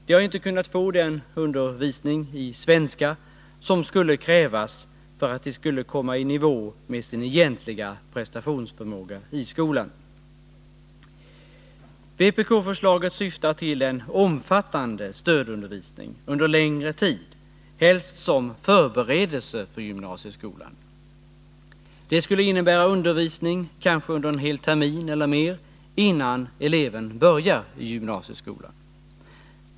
De har inte kunnat få den undervisning i svenska som kunde krävas för att de skulle komma i nivå med sin egentliga prestationsförmåga i skolan. Vpk-förslaget syftar till en omfattande stödundervisning under längre tid — helst som förberedelse för gymnasieskolan. Det skulle innebära undervisning under kanske en hel termin eller mer innan eleven börjar i gymnasieskolan.